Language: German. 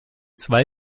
zwei